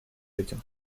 этим